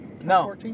No